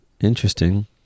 interesting